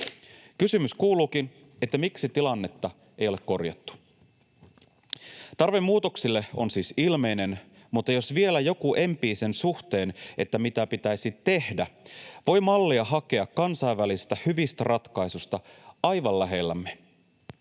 Kysymys kuuluukin, miksi tilannetta ei ole korjattu. Tarve muutokselle on siis ilmeinen, mutta jos vielä joku empii sen suhteen, mitä pitäisi tehdä, voi mallia hakea kansainvälisistä hyvistä ratkaisuista aivan lähellämme.